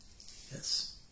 Yes